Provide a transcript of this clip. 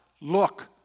Look